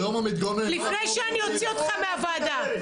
לפני שאני אוציא אותך מהוועדה.